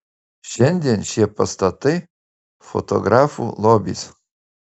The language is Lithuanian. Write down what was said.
šiandien šie pastatai fotografų lobis